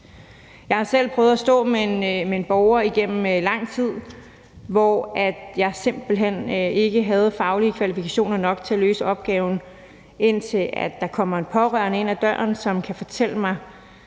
Jeg har selv prøvet at stå med en borger igennem lang tid, hvor jeg simpelt hen ikke havde faglige kvalifikationer nok til at løse opgaven, indtil der kommer en pårørende ind ad døren, som kan fortælle mig,